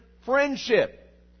friendship